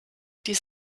dies